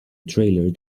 trailer